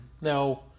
now